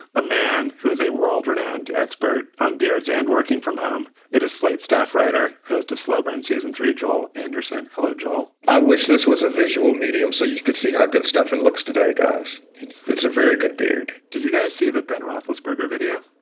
a man who is a world renowned expert on beards and working from home. it is slate staff writer, host of slow burn season three, joel anderson. hello, joel i wish this was a visual medium so you could see how good stefan looks today, guys. it's it's a very good beard did you guys see the ben roethlisberger video? oh,